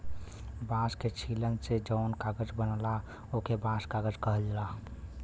बांस के छीलन से जौन कागज बनला ओके बांस कागज कहल जाला